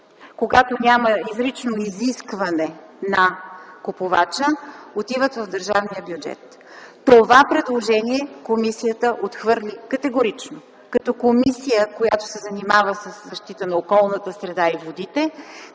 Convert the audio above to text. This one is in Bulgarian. Когато няма изрично изискване на купувача, средствата отиват в държавния бюджет. Това предложение комисията отхвърли категорично. Като комисия, която се занимава със защита на околната среда и водите,